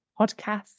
podcast